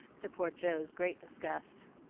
to poor joe's great disgust.